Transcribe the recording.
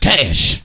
cash